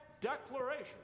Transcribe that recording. declaration